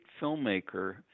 filmmaker